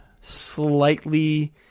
slightly